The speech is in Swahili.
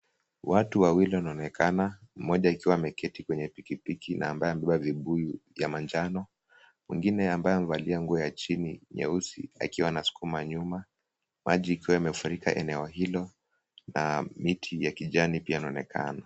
Watu wawili wanaonekana, mmoja akiwa ameketi kwenye pikipiki na ambaye amebeba vibuyu ya manjano, mwingine ambaye amevalia nguo ya chini nyeusi akiwa anasukuma nyuma, maji ikiwa imefurika eneo hilo na miti ya kijani pia inaonekana.